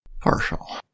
Partial